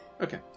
Okay